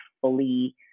fully